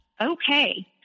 Okay